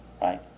right